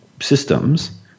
systems